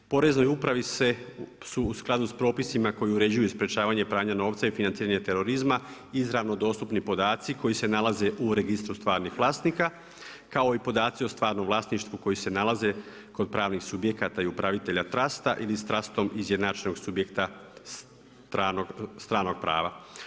Poreznoj upravi su u skladu s propisima koji uređuju sprječavanje pranja novca i financiranje terorizma izravno dostupni podaci koji se nalaze u registru stvarnih vlasnika kao i podaci o stvarnom vlasništvu koji se nalaze kod pravnih subjekata i upravitelja trasta ili s trastom izjednačenog subjekta stranog prava.